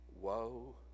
Woe